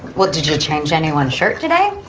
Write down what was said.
what did you change anyone's shirt today.